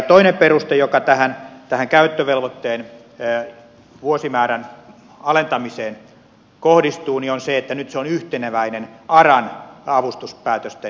toinen peruste joka tähän käyttövelvoitteen vuosimäärän alentamiseen kohdistuu on se että nyt se on yhteneväinen aran avustuspäätösten ja velvoitteiden kanssa